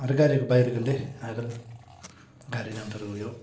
आरो गारिखौ बायग्रोगोन दे आगोल गारि नांथारगौ बेयाव